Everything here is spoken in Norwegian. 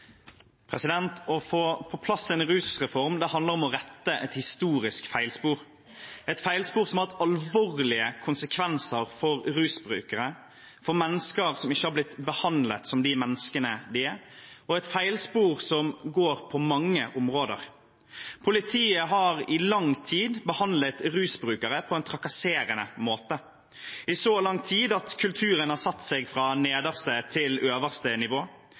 Å få på plass en rusreform handler om å rette et historisk feilspor, et feilspor som har hatt alvorlige konsekvenser for rusbrukere, for mennesker som ikke har blitt behandlet som de menneskene de er. Det er et feilspor som gjelder på mange områder. Politiet har i lang tid behandlet rusbrukere på en trakasserende måte – i så lang tid at kulturen har satt seg fra nederste til øverste nivå.